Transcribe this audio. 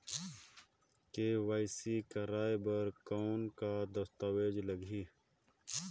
KYC कराय बर कौन का दस्तावेज लगही?